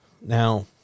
Now